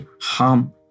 harm